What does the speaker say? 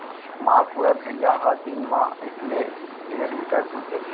मालपुरा भेड़िया ह दिन म एकले डेढ़ लीटर दूद देथे